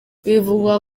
bivugwa